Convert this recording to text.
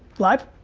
live?